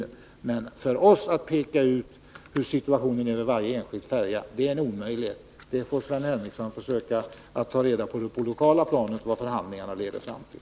Men det är naturligtvis inte möjligt för oss att peka ut hur situationen är vid varje enskild färja, utan Sven Henricsson får försöka att på det lokala planet ta reda på vad förhandlingarna leder fram till.